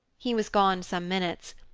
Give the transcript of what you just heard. he was gone some minutes,